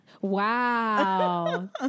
Wow